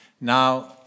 Now